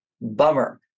Bummer